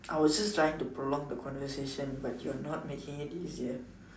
I was just trying to prolong the conversation but you're not making it easier